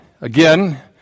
again